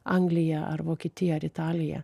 anglija ar vokietija ar italija